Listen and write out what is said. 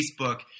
Facebook